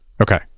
okay